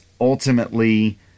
ultimately